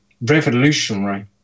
revolutionary